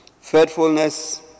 Faithfulness